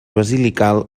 basilical